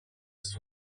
ist